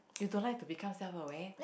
you don't like to become self aware